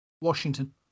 Washington